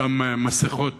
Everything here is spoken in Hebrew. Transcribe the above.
אותן מסכות,